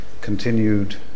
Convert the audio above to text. continued